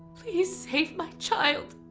please save my child.